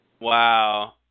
Wow